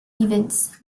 events